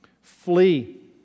Flee